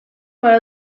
para